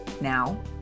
now